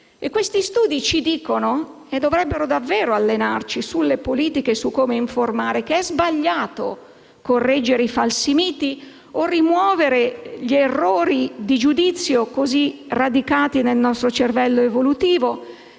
Questi studi ci dicono, e dovrebbero davvero allenarci sulle politiche, su come informare, che è sbagliato correggere i falsi miti o rimuovere gli errori di giudizio così radicati nel nostro cervello evolutivo,